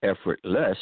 effortless